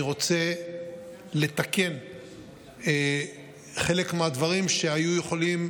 אני רוצה לתקן חלק מהדברים שהיו יכולים,